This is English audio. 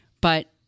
but-